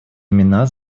имена